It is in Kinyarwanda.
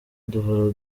duhora